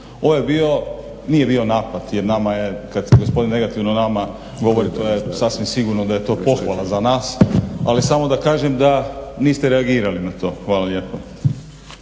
Ovo je bio, nije bio napad jer nama je kada se negativno o nama govori to je sasvim sigurno da je to pohvala za nas. Ali samo da kažem da niste reagirali na to. Hvala lijepa.